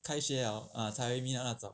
开学 liao 才 meet up 那种